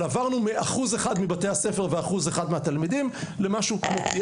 עברנו מאחוז אחד מבתי הספר ואחוז אחד מהתלמידים לפי